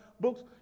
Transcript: books